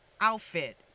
outfit